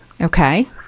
Okay